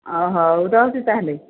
ହଁ ହଉ ରହୁଛି ତା'ହେଲେ